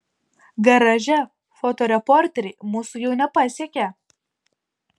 garaže fotoreporteriai mūsų jau nepasiekia